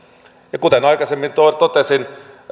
ja kuten aikaisemmin totesin